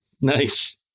Nice